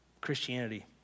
Christianity